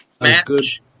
Match